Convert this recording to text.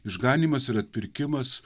išganymas ir atpirkimas